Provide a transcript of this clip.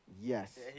Yes